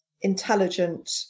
intelligent